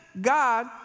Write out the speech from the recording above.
God